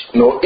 no